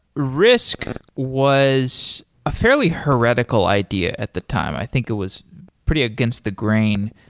risk was a fairly heretical idea at the time. i think it was pretty against the grain.